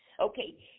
okay